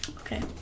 Okay